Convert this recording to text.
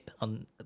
on